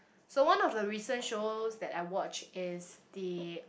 so one of the recent shows that I watched is the